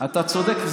אתה צודק.